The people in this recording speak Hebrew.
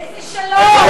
איזה שלום?